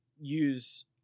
use